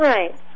Right